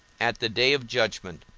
at the day of judgment,